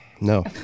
No